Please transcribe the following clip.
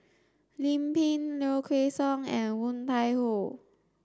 Lim Pin Low Kway Song and Woon Tai Ho